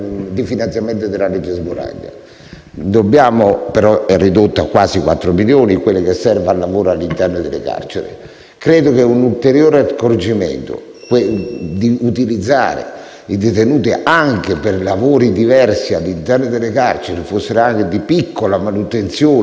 Smuraglia; però è ridotto quasi a 4 milioni quanto è destinato al lavoro all'interno delle carceri. Credo sia necessario un ulteriore accorgimento: utilizzare i detenuti anche per lavori diversi all'interno delle carceri, fossero anche di piccola manutenzione della struttura carceraria,